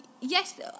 Yes